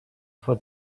for